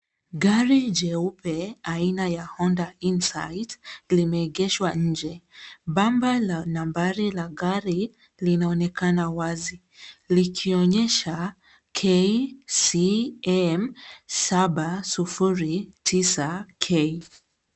Gari jeupe aina ya honda insight, limeegeshwa nje, Bamba la nambari la gari , linaonekana wazi . likionyesha KCM 709K.